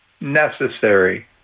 necessary